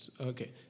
Okay